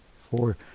four